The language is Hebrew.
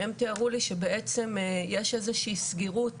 שהם תיארו לי שבעצם יש איזה שהיא סגירות